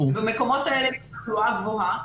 במקומות האלה עם תחלואה גבוהה,